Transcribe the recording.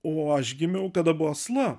o aš gimiau kada buvo asla